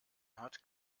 hat